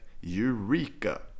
Eureka